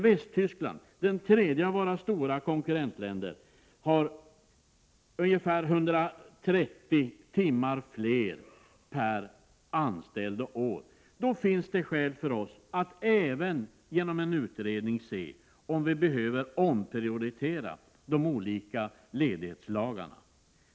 Västtyskland, det tredje av våra stora konkurrentländer, har ungefär 130 timmar mer per anställd och år. Då finns det skäl för oss att genom en utredning se om vi behöver omprioritera de olika ledighetslagarna.